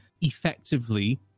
effectively